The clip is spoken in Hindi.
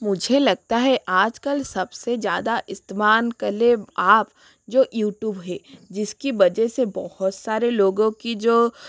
मुझे लगता है आजकल सबसे ज़्यादा इस्तेमाल करें आप जो यूटूब है जिसकी वजह से बहुत सारे लोगों की जो